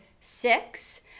six